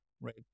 right